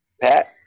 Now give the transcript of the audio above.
Pat